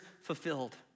fulfilled